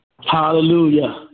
Hallelujah